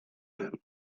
him